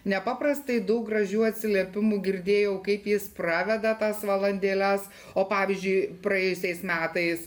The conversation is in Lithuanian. nepaprastai daug gražių atsiliepimų girdėjau kaip jis praveda tas valandėles o pavyzdžiui praėjusiais metais